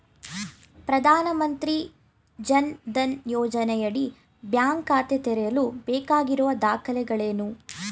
ಪ್ರಧಾನಮಂತ್ರಿ ಜನ್ ಧನ್ ಯೋಜನೆಯಡಿ ಬ್ಯಾಂಕ್ ಖಾತೆ ತೆರೆಯಲು ಬೇಕಾಗಿರುವ ದಾಖಲೆಗಳೇನು?